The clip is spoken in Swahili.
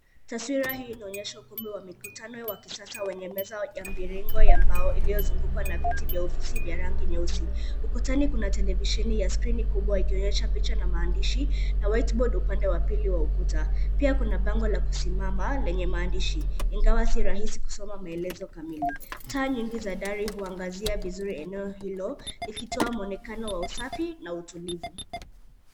Taswira hii inaonyesha ukumbi wa mikutano wa kisasa wenye meza ya mviringo ya mbao iliyozungukwa na viti vya ofisi vya rangi nyeusi. Ukutani kuna televisheni ya skrini kubwa ikionyesha picha na maandishi na white board upande wa pili wa ukuta. Pia kuna bango la kusimama lenye maandishi ingawa si rahisi kusoma maelezo kamili. Taa nyingi za dari huangazia vizuri eneo hilo likitoa muonekano wa usafi na utulivu.